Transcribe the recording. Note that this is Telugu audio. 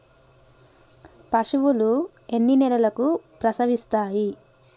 పశువులు ఎన్ని నెలలకు ప్రసవిస్తాయి?